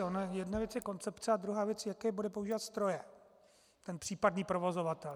Ona jedna věc je koncepce a druhá věc je, jaké bude používat stroje ten případný provozovatel.